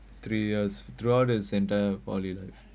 three years throughout the centre polytechnic life